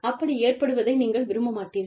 அப்படி ஏற்படுவதை நீங்கள் விரும்ப மாட்டீர்கள்